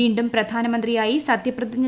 വീണ്ടും പ്രധാനമന്ത്രിയായി സത്യപ്രതിജ്ഞ